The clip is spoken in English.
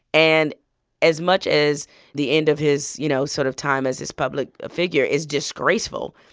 and as much as the end of his, you know, sort of time as this public figure is disgraceful,